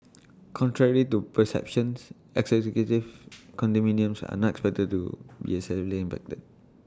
contrary to perceptions executive condominiums are not expected to be as severely impacted